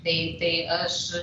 tai tai aš